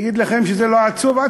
אגיד לכם שזה לא עצוב?